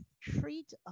treat